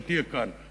שתהיה כאן,